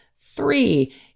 Three